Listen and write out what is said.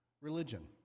religion